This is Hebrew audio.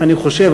אני חושב,